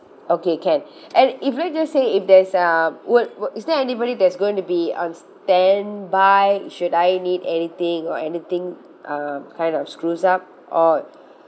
okay can and if let's just say if there's um what what is there anybody that's going to be on standby should I need anything or anything um kind of screws up or